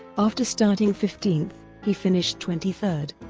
after starting fifteenth, he finished twenty third.